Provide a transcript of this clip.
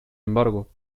embargo